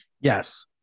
Yes